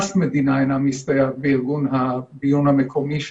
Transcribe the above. אף מדינה אינה מסתייעת בארגון הביון המקומי שלה.